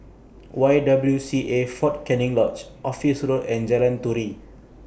Y W C A Fort Canning Lodge Office Road and Jalan Turi